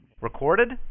Recorded